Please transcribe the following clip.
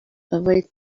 avoid